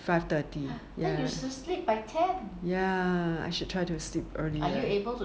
five thirty ya ya I should try to sleep early can can possible